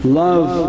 love